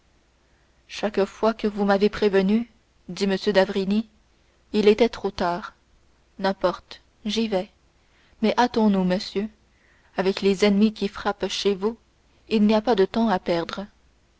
chaque fois que vous m'avez prévenu dit m d'avrigny il était trop tard n'importe j'y vais mais hâtons-nous monsieur avec les ennemis qui frappent chez vous il n'y a pas de temps à perdre